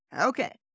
okay